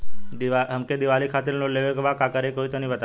हमके दीवाली खातिर लोन लेवे के बा का करे के होई तनि बताई?